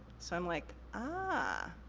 so, i'm like, ah.